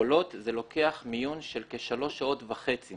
הקולות, זה לוקח מיון של כשלוש שעות וחצי.